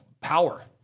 power